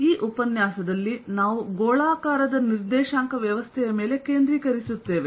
ಈ ಉಪನ್ಯಾಸದಲ್ಲಿ ನಾವು ಗೋಳಾಕಾರದ ನಿರ್ದೇಶಾಂಕ ವ್ಯವಸ್ಥೆಯ ಮೇಲೆ ಕೇಂದ್ರೀಕರಿಸುತ್ತೇವೆ